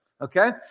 Okay